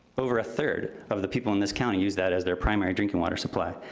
over a third of the people in this county use that as their primary drinking water supply.